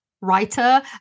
writer